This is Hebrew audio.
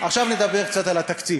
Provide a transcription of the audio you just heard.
עכשיו נדבר קצת על התקציב.